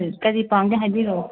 ꯀꯔꯤ ꯄꯥꯝꯒꯦ ꯍꯥꯏꯕꯤꯔꯛꯑꯣ